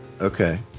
Okay